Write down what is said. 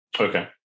Okay